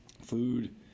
food